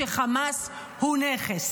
שחמאס הוא נכס,